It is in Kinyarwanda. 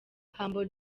humble